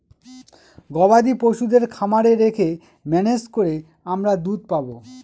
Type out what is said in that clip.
গবাদি পশুদের খামারে রেখে ম্যানেজ করে আমরা দুধ পাবো